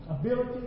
ability